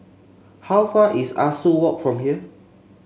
how far is Ah Soo Walk from here